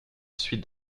suites